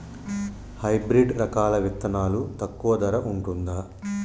Hybrid రకాల విత్తనాలు తక్కువ ధర ఉంటుందా?